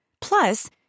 Plus